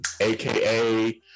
AKA